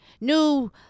new